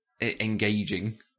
engaging